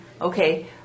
Okay